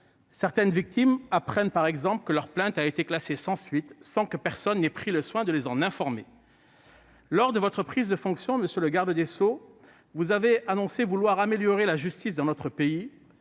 Certaines victimes apprennent par exemple que leur plainte a été classée sans suite, sans que personne ait pris le soin de les en informer. Monsieur le garde des sceaux, lors de votre prise de fonction, vous avez annoncé vouloir « améliorer la justice dans notre pays